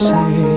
Say